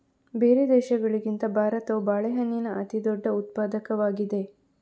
ಬೇರೆ ದೇಶಗಳಿಗಿಂತ ಭಾರತವು ಬಾಳೆಹಣ್ಣಿನ ಅತಿದೊಡ್ಡ ಉತ್ಪಾದಕವಾಗಿದೆ